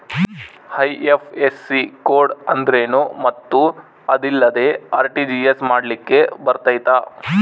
IFSC code ಅಂದ್ರೇನು ಮತ್ತು ಅದಿಲ್ಲದೆ ಆರ್.ಟಿ.ಜಿ.ಎಸ್ ಮಾಡ್ಲಿಕ್ಕೆ ಬರ್ತೈತಾ?